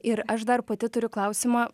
ir aš dar pati turiu klausimą